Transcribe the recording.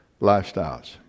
lifestyles